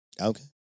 Okay